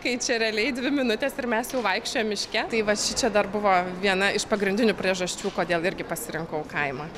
kai čia realiai dvi minutės ir mes jau vaikščiojam miške tai va šičia dar buvo viena iš pagrindinių priežasčių kodėl irgi pasirinkau kaimą